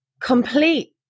complete